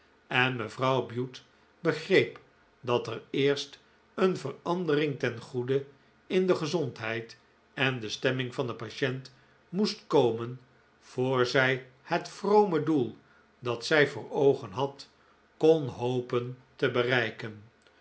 en mevrouw bute begreep dat er eerst een verandering ten goede in de gezondheid en de stemming van de patient moest komen voor zij het vrome doel dat zij voor oogen had kon hopen te bereiken